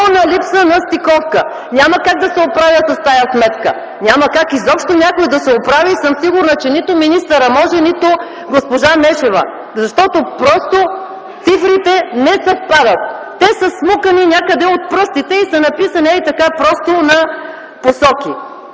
липса на стиковка! Няма как да се оправя с тази сметка. Няма как изобщо някой да се оправи и съм сигурна, че нито министърът може, нито госпожа Нешева. Защото просто цифрите не съвпадат! Те са смукани някъде от пръстите и са написани ей-така, просто напосоки.